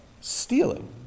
stealing